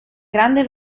grande